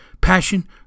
passion